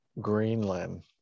greenland